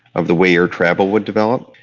of the way air travel would develop,